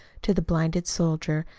to the blinded soldier,